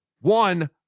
one